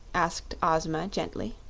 asked ozma, gently.